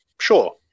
Sure